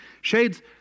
Shades